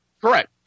Correct